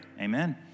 amen